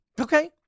okay